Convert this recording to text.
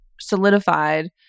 solidified